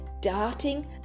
Darting